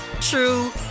true